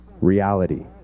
reality